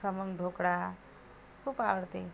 खमंग ढोकळा खूप आवडते